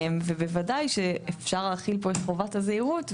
ובוודאי שאפשר להחיל פה את חובת הזהירות.